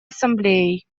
ассамблеей